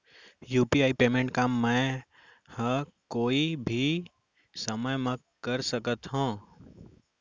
UPI payment का मैं ह कोई भी समय म कर सकत हो?